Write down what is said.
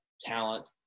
talent